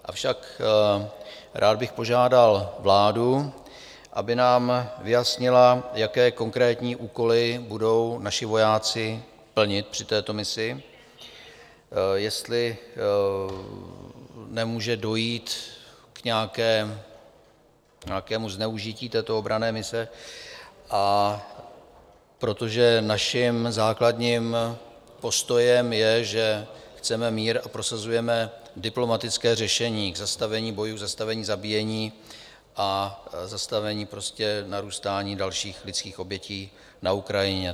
Avšak rád bych požádal vládu, aby nám vyjasnila, jaké konkrétní úkoly budou naši vojáci plnit při této misi, jestli nemůže dojít k nějakému zneužití této obranné mise, protože naším základním postojem je, že chceme mír a prosazujeme diplomatické řešení k zastavení bojů, zastavení zabíjení a zastavení narůstání dalších lidských obětí na Ukrajině.